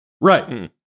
Right